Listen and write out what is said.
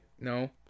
No